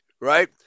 right